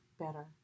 better